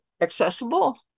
accessible